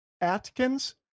Atkins